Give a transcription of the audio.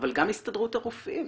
אבל גם הסתדרות הרופאים